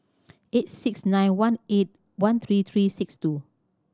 eight six nine one eight one three three six two